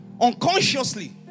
unconsciously